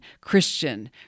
Christian